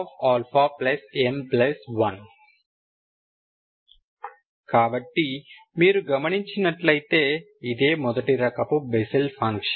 Γαm1 కాబట్టి మీరు గమనించినట్లయితే ఇదే మొదటి రకపు బెస్సెల్ ఫంక్షన్